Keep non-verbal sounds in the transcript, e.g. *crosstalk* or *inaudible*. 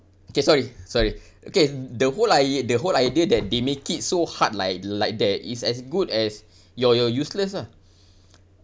K sorry sorry okay the whole ide~ the whole idea that they make it so hard like like that is as good as you're you're useless lah *breath*